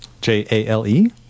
J-A-L-E